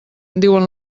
diuen